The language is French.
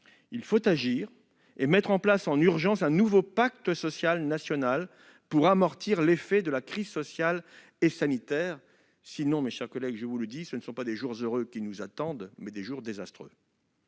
Il faut agir et mettre en place en urgence un nouveau pacte social national pour amortir l'effet de la crise sociale et sanitaire. Sinon, mes chers collègues, ce sont non pas des jours heureux qui nous attendent, mais des jours désastreux.